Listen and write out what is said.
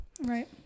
right